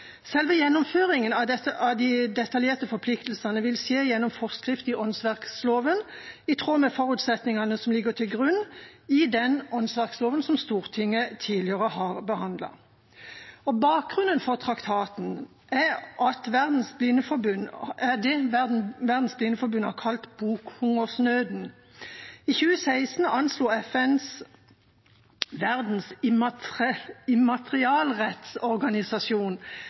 Selve gjennomføringen av de detaljerte forpliktelsene vil skje gjennom forskrift i åndsverkloven i tråd med forutsetningene som ligger til grunn i den åndsverkloven som Stortinget tidligere har behandlet. Bakgrunnen for traktaten er det som World Blind Union har kalt bokhungersnøden. I 2016 anslo FNs Verdens immaterialrettsorganisasjon